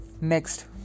next